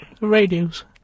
radios